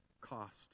cost